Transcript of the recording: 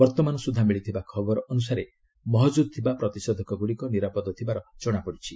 ବର୍ତ୍ତମାନ ସୁଦ୍ଧା ମିଳିଥିବା ଖବର ଅନୁସାରେ ମହକୁଦ ଥିବା ପ୍ରତିଷେଧକ ଗୁଡ଼ିକ ନିରାପଦ ଥିବାର ଜଣାପଡ଼ିଛି